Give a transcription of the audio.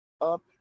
up